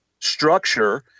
structure